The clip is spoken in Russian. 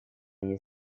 они